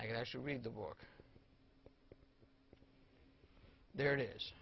can actually read the book there it is